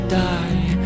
die